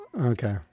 Okay